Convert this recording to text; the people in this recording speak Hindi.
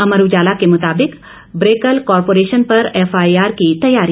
अमर उजाला के मुताबिक ब्रेकल कॉरपोरेशन पर एफआईआर की तैयारी